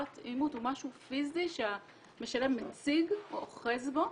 אימות הוא משהו פיזי שהמשלם מציג או אוחז בו.